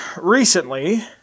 recently